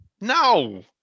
No